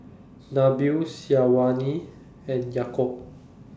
Nabil Syazwani and Yaakob